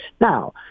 Now